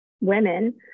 women